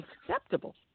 acceptable